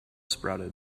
sprouted